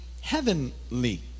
heavenly